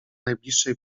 najbliższej